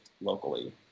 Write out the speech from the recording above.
locally